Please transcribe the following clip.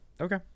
okay